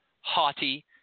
haughty